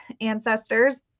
ancestors